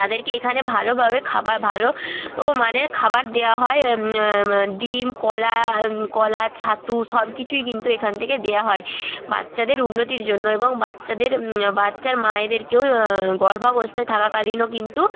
তাদেরকে এখানে ভালোভাবে খাবা ভালো ও মানের খাবার দেওয়া হয় ডিম কলা কলা ছাতু সব কিছুই কিন্তু এখান থেকে দেওয়া হয় বাচ্চাদের উন্নতির জন্য এবং বাচ্চাদের বাচ্চার মায়েদেরকেও গর্ভাবস্থায় থাকাকালীনও কিন্তু